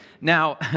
now